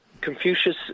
Confucius